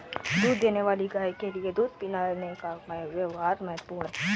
दूध देने वाली गाय के लिए दूध पिलाने का व्यव्हार महत्वपूर्ण है